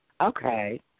Okay